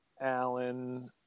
Allen